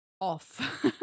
off